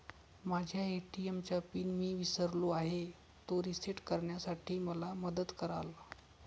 माझ्या ए.टी.एम चा पिन मी विसरलो आहे, तो रिसेट करण्यासाठी मला मदत कराल?